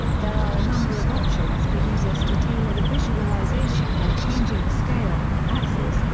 there are a number of options for users to tailor the visualization by changing the scale, axes,